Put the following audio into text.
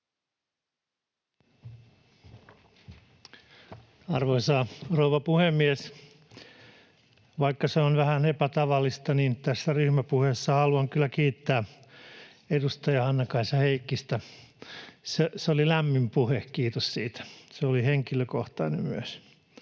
Arvoisa rouva puhemies! Vaikka se on vähän epätavallista, tässä ryhmäpuheessa haluan kyllä kiittää edustaja Hannakaisa Heikkistä. Se oli lämmin puhe, kiitos siitä. Se oli myös henkilökohtainen.